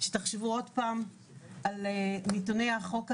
שתחשבו עוד פעם על נתוני החוק הזה,